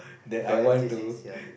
got ya